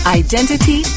identity